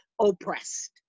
oppressed